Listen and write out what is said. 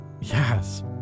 yes